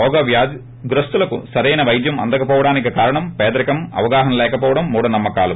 రోగ గ్రస్తులకు సరయిన వైద్యం అందకపోవటానికి కారణం పేదరికం ఆవాహన లేకపోవడం మూడ నమ్మ కాలు